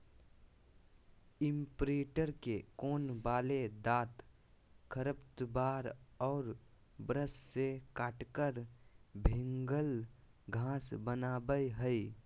imprinter के कोण वाले दांत खरपतवार और ब्रश से काटकर भिन्गल घास बनावैय हइ